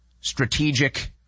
strategic